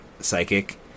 Psychic